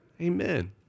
Amen